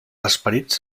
esperits